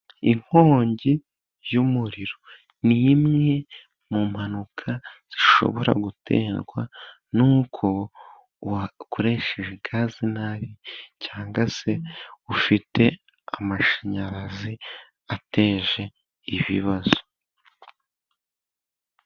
Inkongi y'umuriro ni imwe mu mpanuka zishobora guterwa nuko wakoresheje gaze nabi, cyangwa se ufite amashanyarazi ateje ibibazo.